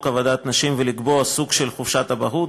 עבודת נשים ולקבוע סוג של חופשת אבהות,